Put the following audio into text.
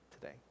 today